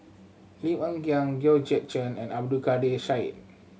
Lim Hng Kiang Georgette Chen and Abdul Kadir Syed